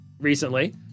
recently